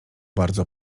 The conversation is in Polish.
bardzo